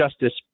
justice